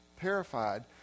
terrified